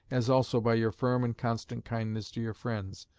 as also by your firm and constant kindness to your friends,